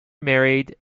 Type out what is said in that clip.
married